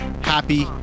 happy